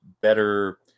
better